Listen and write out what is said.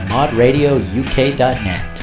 ModRadioUK.net